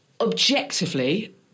objectively